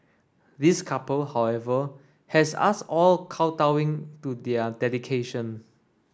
this couple however has us all kowtowing to their dedication